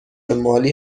مالی